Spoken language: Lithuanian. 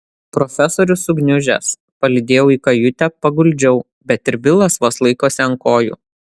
profesorius sugniužęs palydėjau į kajutę paguldžiau bet ir bilas vos laikosi ant kojų